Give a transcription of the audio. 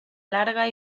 larga